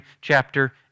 chapter